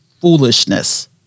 foolishness